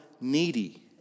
needy